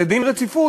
להחלת דין רציפות.